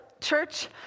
church